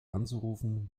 anzurufen